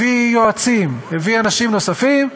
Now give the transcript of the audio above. הביא יועצים, הביא אנשים נוספים.